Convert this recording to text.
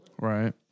Right